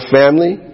family